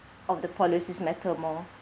of the policies matter more